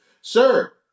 Sir